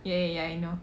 ya ya ya I know